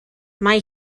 mae